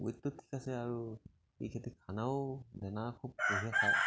গ্ৰ'থটো ঠিক আছে আৰু এই খেতিত খানাও দেনাও খানা খুব বঢ়িয়া খায়